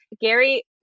Gary